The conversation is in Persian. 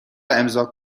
امضا